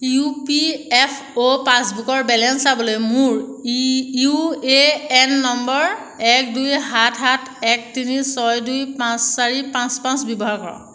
U P F অ' পাছবুকৰ balance চাবলৈ মোৰ ই ইউ এ এন নম্বৰ এক দুই সাত সাত এক তিনি ছয় দুই পাঁচ চাৰি পাঁচ পাঁচ ব্যৱহাৰ কৰক